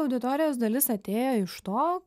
auditorijos dalis atėjo iš to